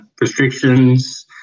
restrictions